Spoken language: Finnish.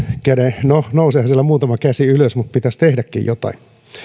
käden no nouseehan siellä muutama käsi ylös mutta pitäisi tehdäkin jotain